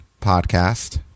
podcast